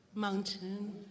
Mountain